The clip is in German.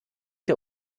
der